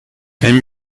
wenn